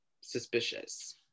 suspicious